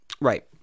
right